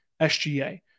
SGA